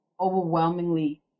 overwhelmingly